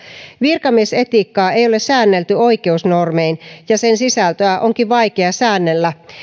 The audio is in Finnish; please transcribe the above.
virkamiesetiikkaa ei ole säännelty oikeusnormein ja sen sisältöä onkin vaikea säännellä